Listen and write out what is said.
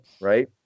right